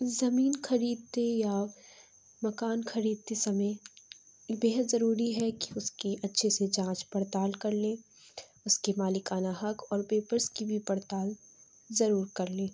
زمین خریدتے یا مکان خریدتے سمعے بے حد ضروری ہے کہ اُس کی اچھے سے جانچ پڑتال کر لیں اُس کے مالکانہ حق اور پیپرس کی بھی پڑتال ضرور کر لیں